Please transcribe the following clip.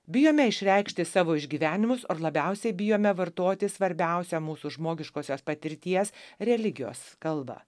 bijome išreikšti savo išgyvenimus ar labiausiai bijome vartoti svarbiausią mūsų žmogiškosios patirties religijos kalbą